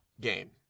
game